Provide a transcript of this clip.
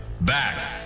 Back